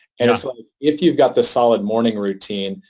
and so like if you've got the solid morning routine,